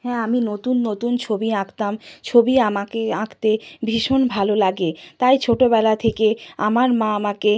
হ্যাঁ আমি নতুন নতুন ছবি আঁকতাম ছবি আমাকে আঁকতে ভীষণ ভালো লাগে তাই ছোটোবেলা থেকে আমার মা আমাকে